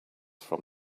from